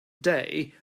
day